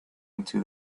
into